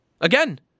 Again